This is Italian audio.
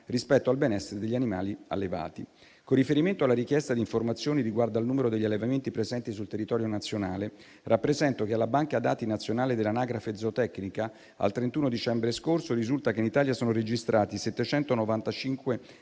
rispetto al benessere degli animali allevati. Con riferimento alla richiesta di informazioni riguardo al numero degli allevamenti presenti sul territorio nazionale, rappresento che alla banca dati nazionale dell'anagrafe zootecnica al 31 dicembre scorso risulta che in Italia sono registrati 795